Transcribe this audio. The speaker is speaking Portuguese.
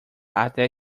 até